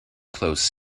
clothes